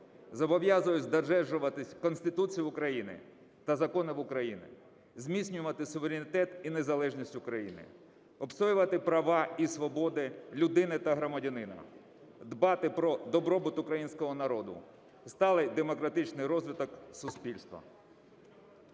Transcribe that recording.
Зобов'язуюся додержуватися Конституції України та законів України, зміцнювати суверенітет і незалежність України, відстоювати права і свободи людини та громадянина, дбати про добробут Українського народу, сталий демократичний розвиток суспільства.